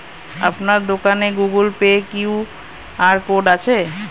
আপনার দোকানে Google Pay QR code আছে?